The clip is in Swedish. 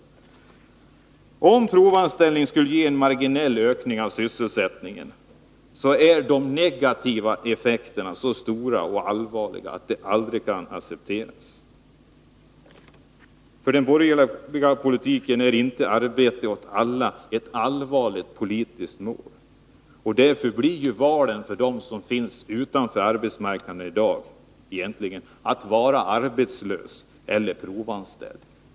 Även om en provanställning skulle ge en marginell ökning av sysselsättningen, är de negativa effekterna så stora och allvarliga att en provanställning aldrig kan accepteras. För den borgerliga politiken är inte ”arbete åt alla” ett allvarligt politiskt mål. Därför blir valet för dem som finns utanför arbetsmarknaden i dag egentligen att vara arbetslös eller provanställd.